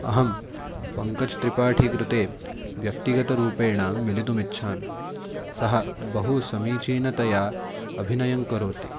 अहं पङ्कजत्रिपाठि कृते व्यक्तिगतरूपेण मिलितुम् इच्छामि सः बहु समीचीनतया अभिनयं करोति